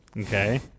Okay